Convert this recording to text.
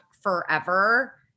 forever